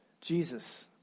Jesus